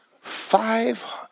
Five